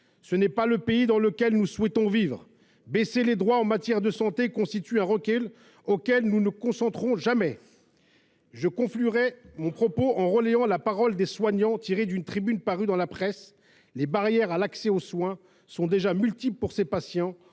Ce n’est pas le pays dans lequel nous souhaitons vivre. Restreindre les droits en matière de santé reviendrait à faire un pas en arrière auquel nous ne consentirons jamais. Je conclus mon propos en relayant la parole des soignants exprimée dans une tribune parue dans la presse :« Les barrières à l’accès aux soins sont déjà multiples pour ces patients.